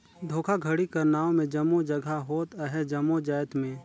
धोखाघड़ी कर नांव में जम्मो जगहा होत अहे जम्मो जाएत में